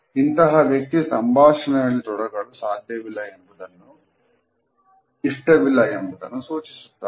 ಇಂತಹ ವ್ಯಕ್ತಿ ಸಂಭಾಷಣೆಯಲ್ಲಿ ತೊಡಗಲು ಇಷ್ಟವಿಲ್ಲ ಎಂಬುದನ್ನು ಸೂಚಿಸುತ್ತಾರೆ